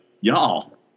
y'all